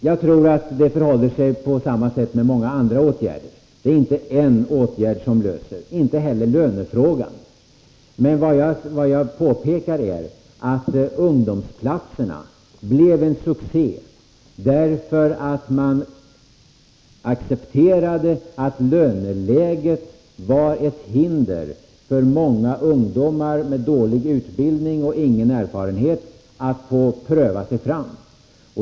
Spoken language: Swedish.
Jag tror att det förhåller sig på samma sätt med många andra åtgärder. Det är inte en åtgärd som löser problemen — inte heller lönefrågan. Men vad jag påpekar är att ungdomsplatserna blev en succé, därför att man accepterade att löneläget var ett hinder för många ungdomar med dålig utbildning och ingen erfarenhet att få pröva sig fram.